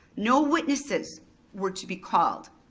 no witnesses were to be called.